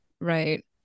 right